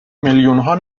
میلیونها